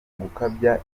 gukabya